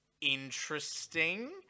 interesting